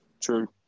true